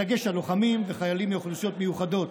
בדגש על לוחמים וחיילים מאוכלוסיות מיוחדות,